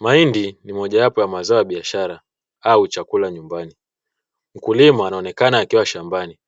Mahindi ni mojawapo ya mazao ya biashara au chakula nyumbani, mkulima anaonekana akiwa shambani,